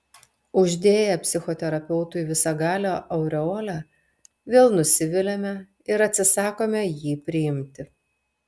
uždėję psichoterapeutui visagalio aureolę vėl nusiviliame ir atsisakome jį priimti